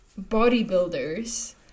bodybuilders